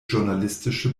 journalistische